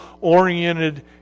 oriented